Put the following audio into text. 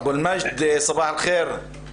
בואו נשמע בינתיים מישהו מות"ת.